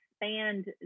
expand